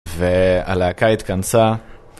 והלהקה התכנסה.